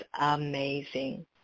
amazing